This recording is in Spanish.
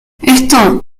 esto